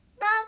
Love